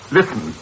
listen